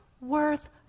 worth